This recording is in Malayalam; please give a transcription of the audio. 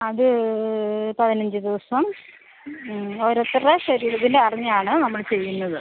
അത് പതിനഞ്ച് ദിവസം ഓരോരുത്തരുടെ ശരീരത്തിലറിഞ്ഞാണ് നമ്മൾ ചെയ്യുന്നത്